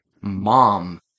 Mom